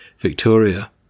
Victoria